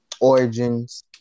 Origins